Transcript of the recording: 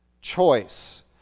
choice